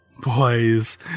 Boys